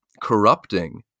corrupting